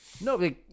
No